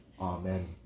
Amen